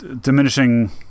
diminishing